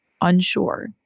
unsure